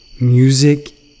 music